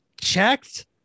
checked